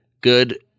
good